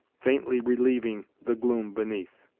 faintly relieving the gloom beneath.